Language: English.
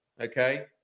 Okay